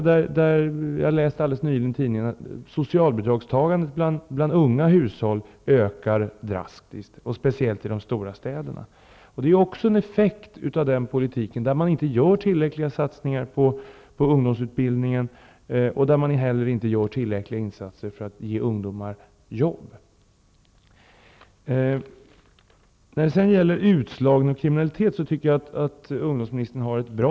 Helt nyligen läste jag i en tidning att antalet socialbidragstagare bland unga hushåll drastiskt ökar, speciellt i de stora städerna. Det är också en effekt av en politik som innebär att inte tillräckliga satsningar görs på ungdomsutbildningen eller att insatserna för att ge ungdomar jobb inte är tillräckliga. När det gäller utslagningen och kriminaliteten bland ungdomar tycker jag att ungdomsministerns uttalande är bra.